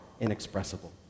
Inexpressible